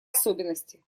особенности